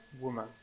woman